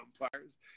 umpires